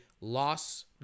loss